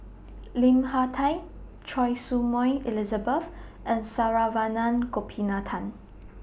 Lim Hak Tai Choy Su Moi Elizabeth and Saravanan Gopinathan